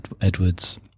Edwards